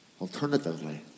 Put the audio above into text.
Alternatively